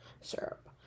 syrup